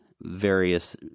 various